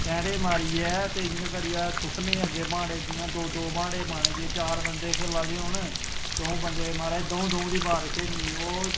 पेंडे मारिये इयां करियै अस सुट्टने अग्गै बांटे जियां दौं दौं बांटे पाने जे कर चार बंदे खेला दे होन चांऊ बंदे महाराज दो दो दी बार खेलनी ओह्